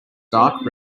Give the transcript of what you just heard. dark